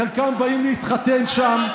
חלקם באים להתחתן שם.